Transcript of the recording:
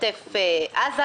עוטף עזה,